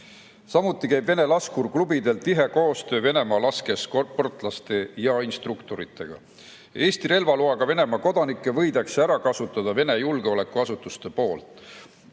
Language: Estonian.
Samuti käib vene laskurklubidel tihe koostöö Venemaa laskesportlaste ja ‑instruktoritega. Eesti relvaloaga Venemaa kodanikke võidakse ära kasutada Vene julgeolekuasutuste poolt.